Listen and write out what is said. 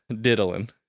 Diddling